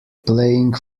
playing